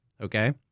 okay